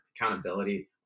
accountability